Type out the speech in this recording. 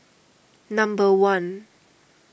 number one